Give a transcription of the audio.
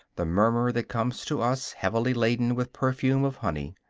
the murmur that comes to us heavily laden with perfume of honey,